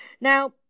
Now